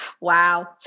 Wow